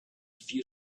few